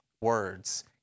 words